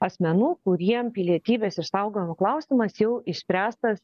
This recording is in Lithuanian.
asmenų kuriem pilietybės išsaugojimo klausimas jau išspręstas